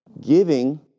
Giving